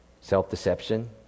self-deception